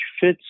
fits